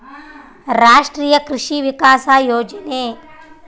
ರಾಷ್ಟ್ರೀಯ ಕೃಷಿ ವಿಕಾಸ ಯೋಜನೆ